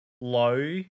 low